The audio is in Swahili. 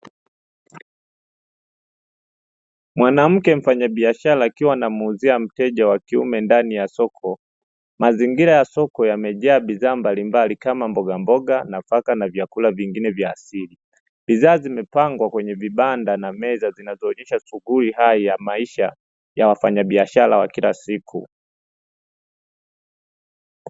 Mwanamke mfanyabiashara akiwa anamuuzia mteja wa kiume ndani ya soko, mazingira ya soko yamejaa bidhaa mbalimbali kama mboga mboga na mpaka vyakula vingine vya asili, bidhaa zimepangwa kwenye vibanda na meza zinazoonyesha asubuhi hai ya maisha ya wafanyabiashara ya kila siku.